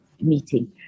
meeting